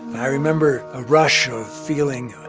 i remember a rush of feeling,